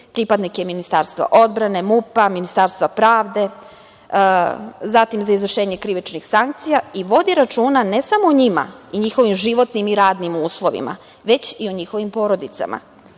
pripadnike Ministarstva odbrane, MUP-a, Ministarstva pravde, zatim za izvršenje krivičnih sankcija i vodi računa, ne samo o njima i njihovim životnim i radnim uslovima, već i o porodicama. Već